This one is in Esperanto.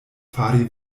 fari